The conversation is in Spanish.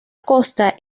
costa